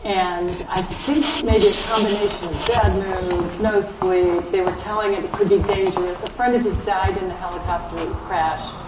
and, i think, maybe a combination of bad mood, no sleep, they were telling him it could be dangerous. a friend of his died in a helicopter crash.